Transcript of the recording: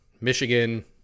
Michigan